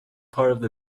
part